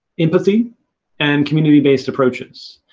empathy and community-based approaches.